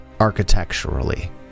architecturally